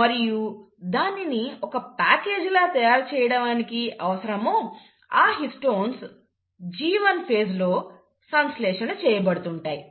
మరియు దానిని ఒక ప్యాకేజీలా తయారుచేయడానికి అవసరమో ఆ హిస్టోన్స్ G1ఫేజ్ లో సంశ్లేషణ చేయబడుతుంటాయి